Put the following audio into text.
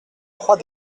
trois